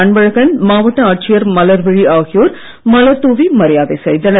அன்பழகன் மாவட்ட ஆட்சியர் மலர்விழி ஆகியோர் மலர் தூவி மரியாதை செய்தனர்